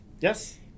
Yes